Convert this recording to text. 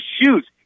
shoes